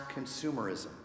consumerism